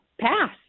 pass